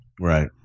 Right